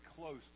close